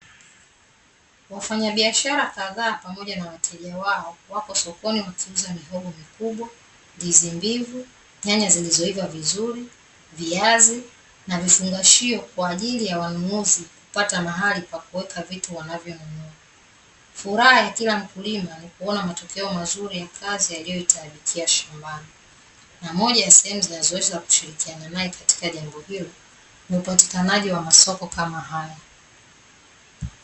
Wafanyabiashara kadhaa pamoja na wateja wao wapo sokoni wakiuza mihogo mikubwa, ndizi mbivu, nyanya zilizoiva vizuri, viazi na vifungashio kwa ajili ya wanunuzi kupata mahali pa kuweka vitu wanavyonunua. Furaha ya kila mkulima ni kuona matokeo mazuri ya kazi aliyoitaabikia shambani. Na moja ya sehemu zinazoweza kushirikiana naye katika jambo hilo, ni upatikanaji wa masoko kama hayo.